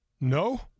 No